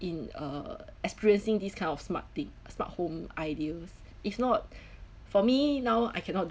in uh experiencing these kind of smart thing smart home ideas if not for me now I cannot